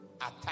attack